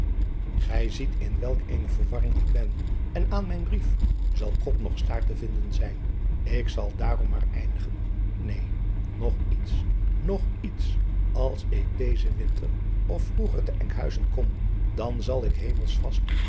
ij ziet in welk eene verwarring ik ben en aan mijn brief zal kop noch staart te vinden zijn k zal daarom maar eindigen een nog iets nog iets als ik dezen winter of vioeger te nkhuizen kom dan zal ik hemels vast